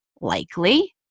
Likely